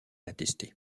attestée